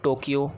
Tokyo